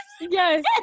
Yes